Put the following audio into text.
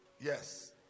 Yes